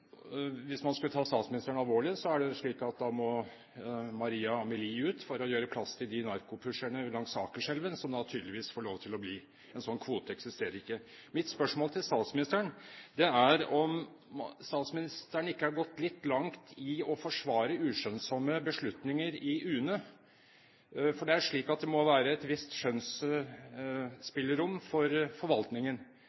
Hvis man skulle ta statsministeren alvorlig, er det slik at da må Maria Amelie ut for å gjøre plass til de narkopusherne langs Akerselven som da tydeligvis får lov til å bli. En sånn kvote eksisterer ikke. Mitt spørsmål til statsministeren er om statsministeren ikke har gått litt langt i å forsvare uskjønnsomme beslutninger i UNE. For det er slik at det må være et visst